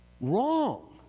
wrong